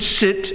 sit